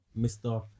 Mr